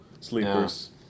sleepers